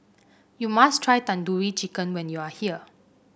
you must try Tandoori Chicken when you are here